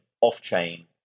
off-chain